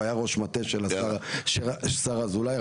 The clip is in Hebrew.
הוא היה ראש מטה של השר אזולאי,